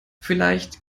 vielleicht